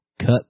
cut